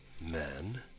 man